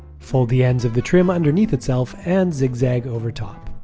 fold the ends of the trim underneath itself and zigzag over top.